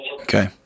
okay